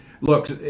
Look